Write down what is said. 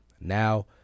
now